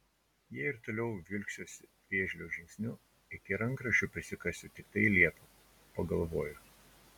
jei ir toliau vilksiuosi vėžlio žingsniu iki rankraščių prisikasiu tiktai liepą pagalvojo